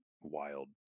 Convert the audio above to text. wild